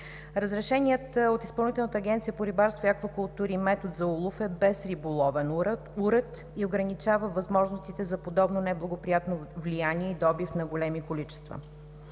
Разрешеният от Изпълнителната агенция по рибарство и аквакултури метод за улов е без риболовен уред и ограничава възможностите за подобно неблагоприятно влияние и добив на големи количества.